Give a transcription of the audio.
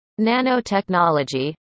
nanotechnology